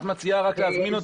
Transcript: את מציעה רק להזמין אותו.